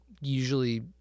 usually